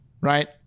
right